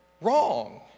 wrong